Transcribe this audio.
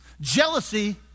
Jealousy